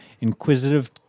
inquisitive